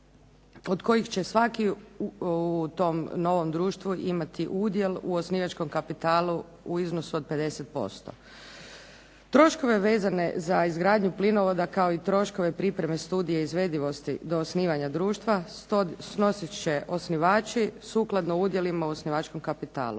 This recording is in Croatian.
od kojih će svaki u tom novom društvu imati udjel u osnivačkom kapitalu u iznosu od 50%. Troškove vezane za izgradnju plinovoda, kao i troškove pripreme studije izvedivosti do osnivanja društva snosit će osnivači sukladno udjelima u osnivačkom kapitalu.